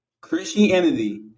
Christianity